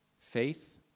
Faith